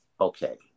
okay